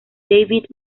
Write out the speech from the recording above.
david